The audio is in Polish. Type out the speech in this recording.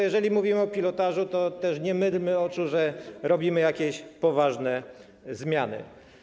Jeżeli mówimy o pilotażu, to nie mydlmy oczu, że robimy jakieś poważne zmiany.